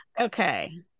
Okay